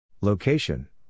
Location